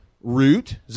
root